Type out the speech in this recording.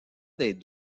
des